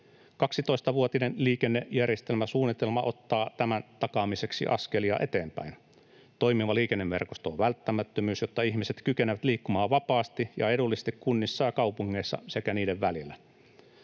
12-vuotinen liikennejärjestelmäsuunnitelma ottaa tämän takaamiseksi askelia eteenpäin. Toimiva liikenneverkosto on välttämättömyys, jotta ihmiset kykenevät liikkumaan vapaasti ja edullisesti kunnissa ja kaupungeissa sekä niiden välillä.